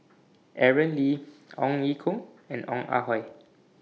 Aaron Lee Ong Ye Kung and Ong Ah Hoi